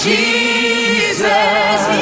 Jesus